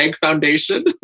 foundation